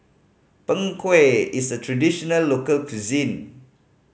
Png Kueh is a traditional local cuisine